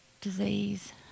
disease